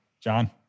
John